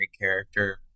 character